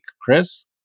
Chris